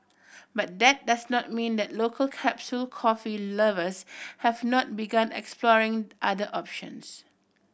but that does not mean that local capsule coffee lovers have not begun exploring other options